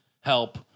help